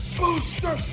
booster